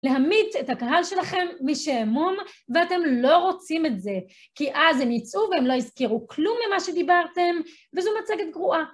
להמית את הקהל שלכם משעמום, ואתם לא רוצים את זה. כי אז הם יצאו והם לא יזכרו כלום ממה שדיברתם, וזו מצגת גרועה.